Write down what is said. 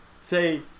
say